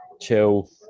chill